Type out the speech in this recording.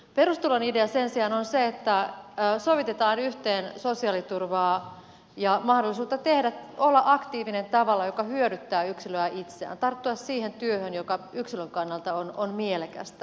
perustulon idea sen sijaan on se että sovitetaan yhteen sosiaaliturvaa ja mahdollisuutta olla aktiivinen tavalla joka hyödyttää yksilöä itseään tarttua siihen työhön joka yksilön kannalta on mielekästä